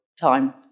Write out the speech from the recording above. time